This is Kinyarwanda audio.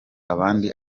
abandi